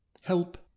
Help